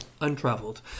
Untraveled